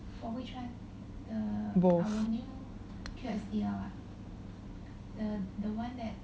both